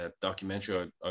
documentary